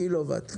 קילו וואט.